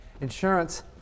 Insurance